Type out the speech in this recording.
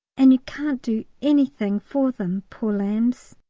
and you can't do anything for them, poor lambs.